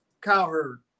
Cowherd